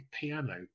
piano